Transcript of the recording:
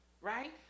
Right